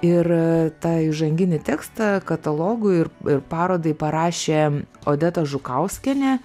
ir tą įžanginį tekstą katalogui ir parodai parašė odeta žukauskienė